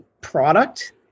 product